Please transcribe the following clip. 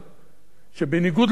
שבניגוד לדור שלנו,